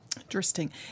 Interesting